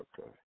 okay